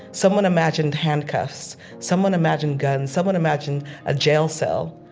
someone imagined handcuffs someone imagined guns someone imagined a jail cell.